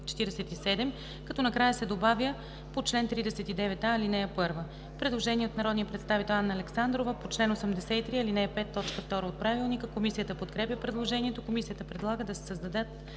като накрая се добавя „по чл. 39а, ал. 1“. Предложение от народния представител Анна Александрова по чл. 83, ал. 5, т. 2 от ПОДНС. Комисията подкрепя предложението. Комисията предлага да се създадат